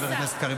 חבר הכנסת קריב,